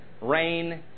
rain